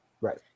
right